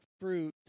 fruit